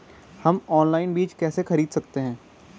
हम ऑनलाइन बीज कैसे खरीद सकते हैं?